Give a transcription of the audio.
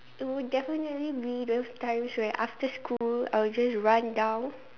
it would definitely be those times where after school I would just run down